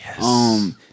Yes